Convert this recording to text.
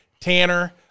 Tanner